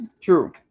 True